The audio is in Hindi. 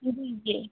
तो लीजिए